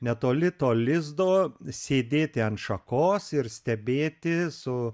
netoli to lizdo sėdėti ant šakos ir stebėti su